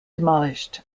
demolished